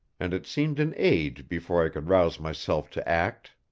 and it seemed an age before i could rouse myself to act.